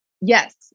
yes